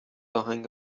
آهنگ